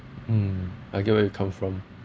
mm I get where you come from